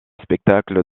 spectacle